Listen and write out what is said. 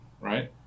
right